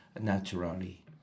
naturally